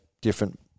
different